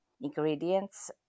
ingredients